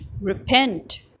repent